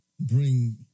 bring